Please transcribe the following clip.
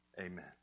Amen